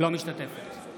בהצבעה